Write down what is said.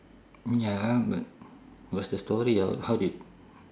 ya but what's the story how it